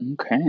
Okay